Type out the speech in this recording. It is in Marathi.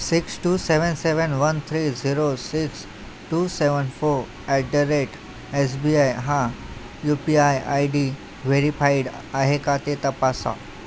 six two seven seven one three zero six two seven four at the rate S B I हा U P I I D verified आहे का ते तपासा